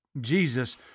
Jesus